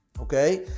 Okay